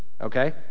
Okay